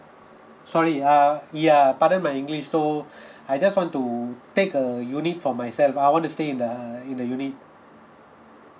sorry err ya pardon my english so I just want to take a unit for myself I want to stay in the in the unit